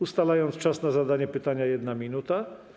Ustalam czas na zadanie pytania - 1 minuta.